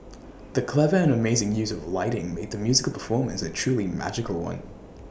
the clever and amazing use of lighting made the musical performance A truly magical one